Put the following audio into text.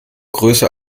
größer